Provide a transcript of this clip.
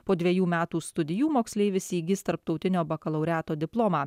po dvejų metų studijų moksleivis įgis tarptautinio bakalaureato diplomą